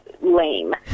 Lame